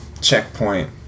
checkpoint